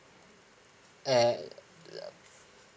and yup